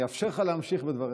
אני אאפשר לך להמשיך בדברים.